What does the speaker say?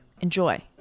Enjoy